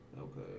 Okay